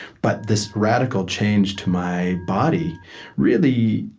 but this radical change to my body really,